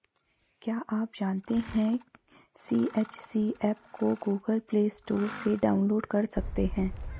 क्या आप जानते है सी.एच.सी एप को गूगल प्ले स्टोर से डाउनलोड कर सकते है?